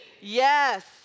Yes